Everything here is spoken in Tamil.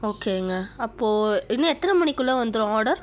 ஓகேங்க அப்போது இன்னும் எத்தனை மணிக்குள்ளே வந்துடும் ஆர்டர்